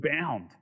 bound